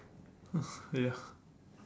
ya